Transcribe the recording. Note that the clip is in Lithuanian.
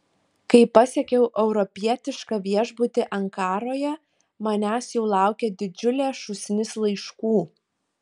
kai pasiekiau europietišką viešbutį ankaroje manęs jau laukė didžiulė šūsnis laiškų